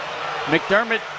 McDermott